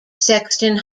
sexton